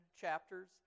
chapters